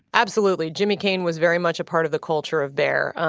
absolutely. jimmy cayne was very much a part of the culture of bear.